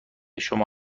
شما